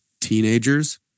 teenagers